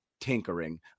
tinkering